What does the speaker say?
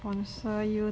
sponsor you